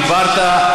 דיברת.